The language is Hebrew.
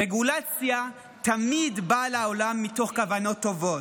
רגולציה תמיד באה לעולם מתוך כוונות טובות.